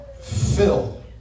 fill